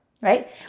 Right